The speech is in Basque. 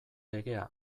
legea